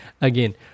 Again